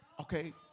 Okay